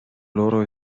loro